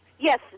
Yes